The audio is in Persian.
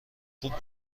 خوب